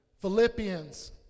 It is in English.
Philippians